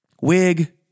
wig